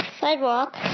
sidewalk